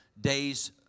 days